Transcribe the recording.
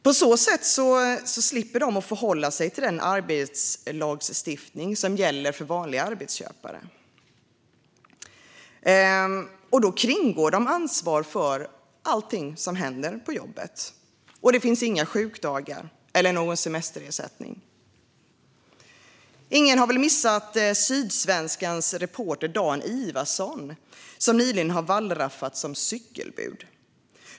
På så sätt slipper de förhålla sig till den arbetslagstiftning som gäller för vanliga arbetsköpare, och då kringgår de ansvar för allt som händer på jobbet. Det finns inga sjukdagar eller någon semesterersättning. Ingen har väl missat Sydsvenskans reporter Dan Ivarsson, som nyligen har wallraffat som cykelbud.